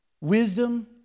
wisdom